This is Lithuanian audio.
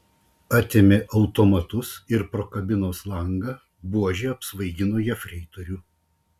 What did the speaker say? atėmė automatus ir pro kabinos langą buože apsvaigino jefreitorių